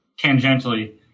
tangentially